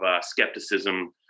skepticism